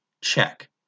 Check